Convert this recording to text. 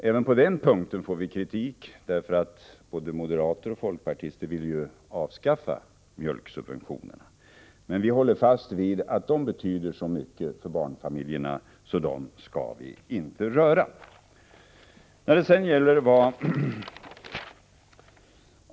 Även på den punkten får vi kritik — både moderater och folkpartister vill ju avskaffa mjölksubventionerna — men vi håller fast vid att mjölksubventionerna betyder så mycket för barnfamiljerna att man inte skall röra dem.